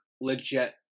legit